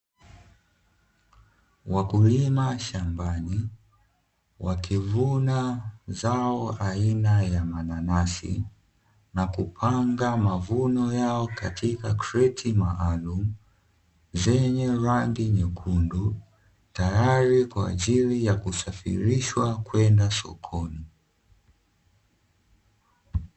Wakulima shambani wakivuna zao aina ya manasani na kupanga mavuno yao katika kreti maalumu zenye rangi nyekundu, tayari kwa ajili ya kusafirishwa kwenda sokoni.